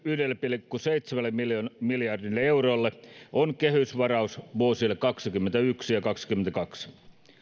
yhdelle pilkku seitsemälle miljardille miljardille eurolle on kehysvaraus vuosille kaksituhattakaksikymmentäyksi ja kaksituhattakaksikymmentäkaksi